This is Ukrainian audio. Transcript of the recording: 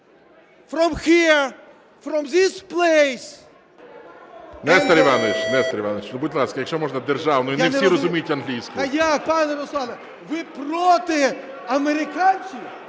Нестор Іванович, будь ласка, якщо можна, державною, не всі розуміють англійську. ШУФРИЧ Н.І. Пане Руслане, ви проти американців,